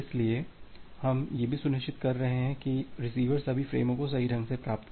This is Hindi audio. इसलिए हम यह भी सुनिश्चित कर रहे हैं कि रिसीवर सभी फ़्रेमों को सही ढंग से प्राप्त करे